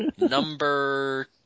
number